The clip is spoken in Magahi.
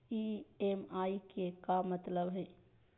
ई.एम.आई के का मतलब हई?